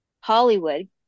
Hollywood